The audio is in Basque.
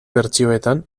bertsioetan